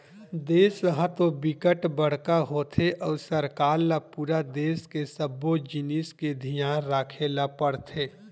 देस ह तो बिकट बड़का होथे अउ सरकार ल पूरा देस के सब्बो जिनिस के धियान राखे ल परथे